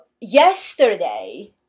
yesterday